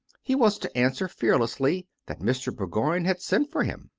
he was to answer fearlessly that mr. bour goign had sent for him.